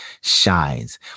shines